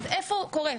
אז איפה קורה?